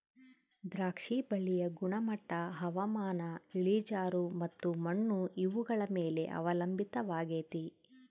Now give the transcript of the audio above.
ದ್ರಾಕ್ಷಿ ಬಳ್ಳಿಯ ಗುಣಮಟ್ಟ ಹವಾಮಾನ, ಇಳಿಜಾರು ಮತ್ತು ಮಣ್ಣು ಇವುಗಳ ಮೇಲೆ ಅವಲಂಬಿತವಾಗೆತೆ